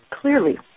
clearly